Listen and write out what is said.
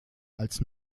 als